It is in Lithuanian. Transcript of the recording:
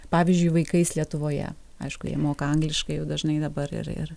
pavyzdžiui vaikais lietuvoje aišku jie moka angliškai jau dažnai dabar ir ir